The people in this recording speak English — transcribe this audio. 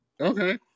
okay